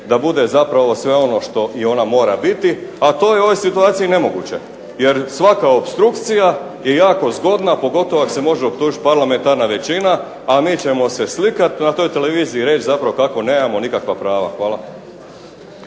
da bude sve ono što ona mora biti, a to je u ovoj situaciji nemoguće, jer svaka opstrukcija je jako zgodna pogotovo ako se može optužiti parlamentarna većina, a mi ćemo se slikati na toj televiziji i reći kako nemamo nikakva prava.